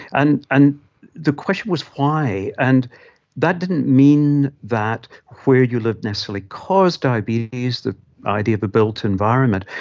and and the question was why. and that didn't mean that where you lived necessarily caused diabetes, the idea of a built environment.